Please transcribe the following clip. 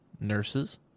nurses